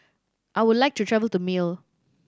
I would like to travel to Male